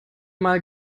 mal